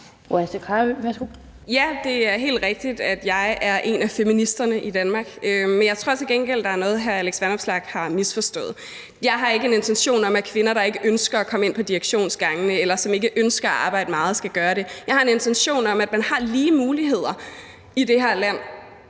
(SF): Ja, det er helt rigtigt, at jeg er en af feministerne i Danmark, men jeg tror til gengæld, der er noget, hr. Alex Vanopslagh har misforstået. Jeg har ikke en intention om, at kvinder, der ikke ønsker at komme ind på direktionsgangene, eller som ikke ønsker at arbejde meget, skal gøre det. Jeg har en intention om, at man har lige muligheder i det her land,